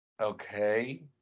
Okay